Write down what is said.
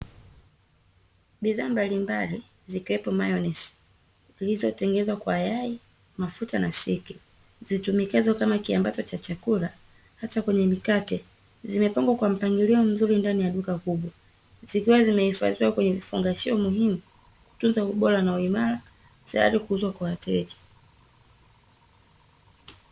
Bidhaa mbalimbali zikiwepo mayonizi zilizotengenezwa kwa yai ,mafuta na siki, zitumikazo kama kiambata cha chakula hasa kwenye mikate .zimepagwa kwa mpangilio mzuri ndani ya duka kubwa zikiwa zimehifadhiwa kwa vifungashio muhimu kutunza ubora na uimara tayari kuuzwa kwa wateja